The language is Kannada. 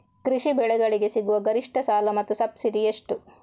ಕೃಷಿ ಬೆಳೆಗಳಿಗೆ ಸಿಗುವ ಗರಿಷ್ಟ ಸಾಲ ಮತ್ತು ಸಬ್ಸಿಡಿ ಎಷ್ಟು?